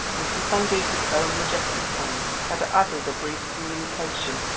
mrs. van duser's own majestic hand had added a brief communication,